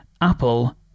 Apple